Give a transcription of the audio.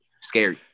scary